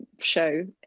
show